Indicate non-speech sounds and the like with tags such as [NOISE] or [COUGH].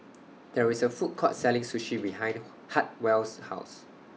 There IS A Food Court Selling Sushi behind [HESITATION] Hartwell's House